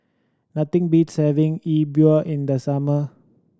nothing beats having E Bua in the summer